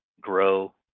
grow